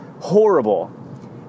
horrible